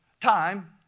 Time